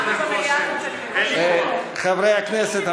חברי הכנסת,